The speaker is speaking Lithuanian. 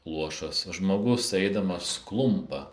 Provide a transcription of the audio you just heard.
luošas žmogus eidamas klumpa